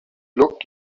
looked